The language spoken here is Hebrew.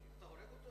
אתה רב.